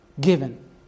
given